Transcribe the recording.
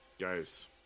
Guys